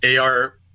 AR